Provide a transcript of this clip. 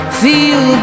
feel